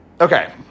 Okay